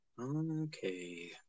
Okay